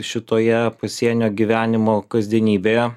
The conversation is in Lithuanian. šitoje pasienio gyvenimo kasdienybėje